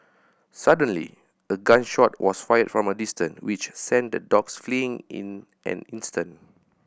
suddenly a gun shot was fired from a distance which sent the dogs fleeing in an instant